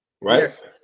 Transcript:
Right